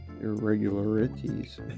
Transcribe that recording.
irregularities